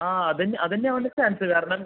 ആ അതുതന്നെ അതുതന്നെ ആവാനാണ് ചാൻസ്സ് കാരണം